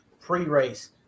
pre-race